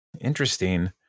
interesting